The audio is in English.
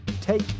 take